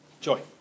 Joy